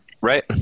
Right